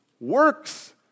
works